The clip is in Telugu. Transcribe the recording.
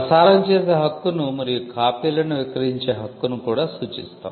ప్రసారం చేసే హక్కును మరియు కాపీలను విక్రయించే హక్కును కూడా సూచిస్తాం